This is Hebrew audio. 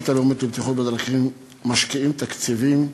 הלאומית לבטיחות בדרכים משקיעים תקציבים,